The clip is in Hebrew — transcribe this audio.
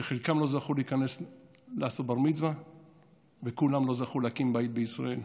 שחלקם לא זכו לעשות בר-מצווה וכולם לא זכו להקים בית בישראל,